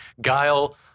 Guile